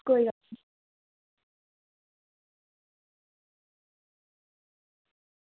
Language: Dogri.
कोई गल्ल निं